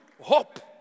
hope